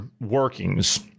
workings